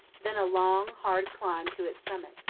then a long, hard climb to its summit.